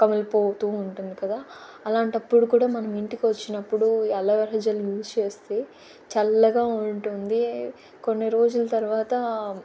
కమిలిపోతూ ఉంటుంది కదా అలాంటప్పుడు కూడా మనం ఇంటికి వచ్చినప్పుడు అలోవెరా జెల్ని యూస్ చేస్తే చల్లగా ఉంటుంది కొన్ని రోజుల తర్వాత